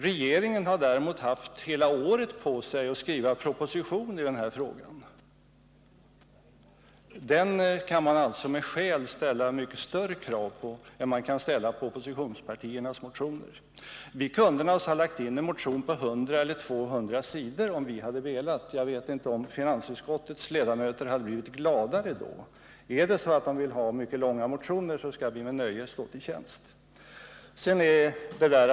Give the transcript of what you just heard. Regeringen har däremot haft hela året på sig att skriva proposition i denna fråga. Den propositionen kan man alltså med skäl ställa mycket större krav på än på oppositionspartiernas motioner. Vi kunde naturligtvis, om vi hade velat det, ha väckt en motion på 100 eller 200 sidor. Jag vet inte om finansutskottets ledamöter hade blivit gladare då. Om de vill ha mycket långa motioner, skall vi med nöje stå till tjänst.